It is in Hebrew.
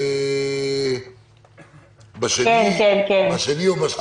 בשני או בשלישי.